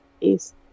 Peace